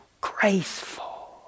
graceful